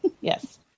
Yes